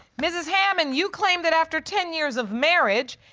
mrs. hammond, you claim that after ten years of marriage,